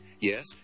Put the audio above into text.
Yes